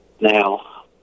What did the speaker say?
Now